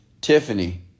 Tiffany